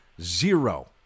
zero